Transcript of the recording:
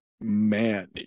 man